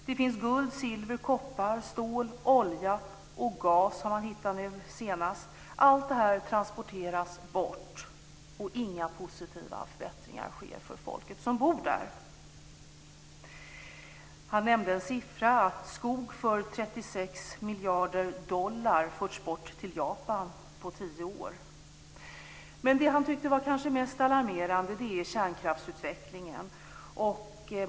Det finns guld, silver, koppar, stål, olja och gas. Allt detta transporteras bort, och inga positiva förbättringar sker för folket som bor där. Han nämnde en siffra. Skog för motsvarande 36 miljarder dollar har under en tioårsperiod förts till Japan. Det han tyckte var mest alarmerande var kärnkraftsutvecklingen.